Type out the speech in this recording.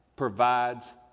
provides